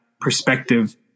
perspective